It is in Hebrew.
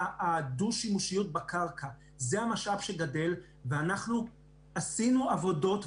אנחנו עשינו עבודות,